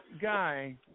guy